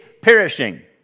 perishing